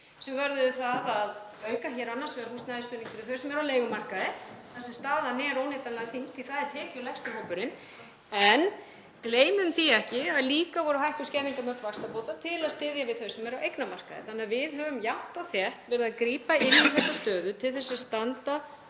sem vörðuðu það að auka hér annars vegar húsnæðisstuðning fyrir þau sem eru á leigumarkaði, þar sem staðan er óneitanlega þyngst því það er tekjulægsti hópurinn, en gleymum því ekki að líka voru hækkuð skerðingarmörk vaxtabóta til að styðja við þau sem eru á eignamarkaði. Því höfum við jafnt og þétt verið að grípa inn í þessa stöðu til að standa